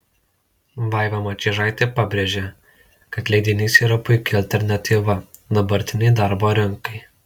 vaiva mačiežaitė pabrėžė kad leidinys yra puiki alternatyva dabartinei darbo rinkai